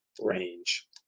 range